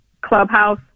Clubhouse